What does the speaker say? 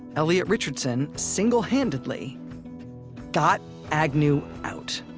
elliot richardson single-handedly got agnew out.